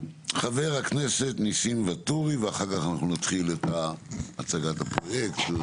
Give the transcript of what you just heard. חבר הכנסת ניסים ואטורי ואחר כך אנחנו נציג את הצגת הפרויקט.